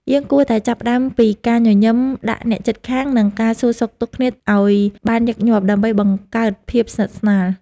យើងគួរតែចាប់ផ្ដើមពីការញញឹមដាក់អ្នកជិតខាង និងការសួរសុខទុក្ខគ្នាឱ្យបានញឹកញាប់ ដើម្បីបង្កើតភាពស្និទ្ធស្នាល។